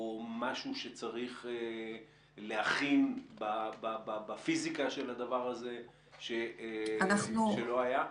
משהו שצריך להכין בפיזיקה של הדבר הזה שלא היה?